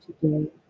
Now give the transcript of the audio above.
today